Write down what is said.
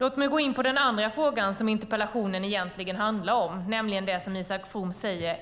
Låt mig gå in på den andra frågan, som interpellationen egentligen handlar om, nämligen